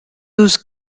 douze